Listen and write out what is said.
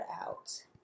out